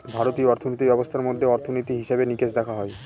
ভারতীয় অর্থিনীতি ব্যবস্থার মধ্যে অর্থনীতি, হিসেবে নিকেশ দেখা হয়